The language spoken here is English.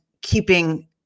keeping